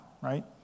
right